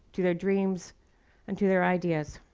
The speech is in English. to their dreams and to their ideas.